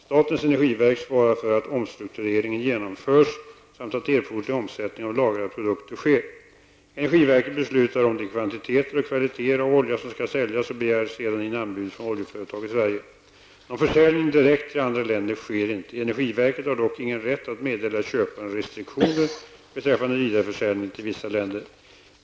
Statens energiverk svarar för att omstruktureringen genomförs samt att erforderlig omsättning av lagrade produkter sker. Energiverket beslutar om de kvantiteter och kvaliteter av olja som skall säljas och begär sedan in anbud från oljeföretag i Sverige. Någon försäljning direkt till andra länder sker inte. Energiverket har dock ingen rätt att meddela köparen restriktioner beträffande vidareförsäljning till vissa länder.